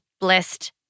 blessed